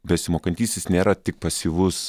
besimokantysis nėra tik pasyvus